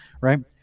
right